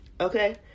okay